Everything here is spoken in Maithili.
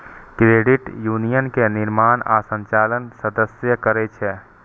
क्रेडिट यूनियन के निर्माण आ संचालन सदस्ये करै छै